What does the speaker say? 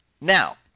now